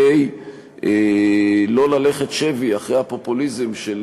כדי שלא ללכת שבי אחרי הפופוליזם של